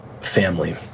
family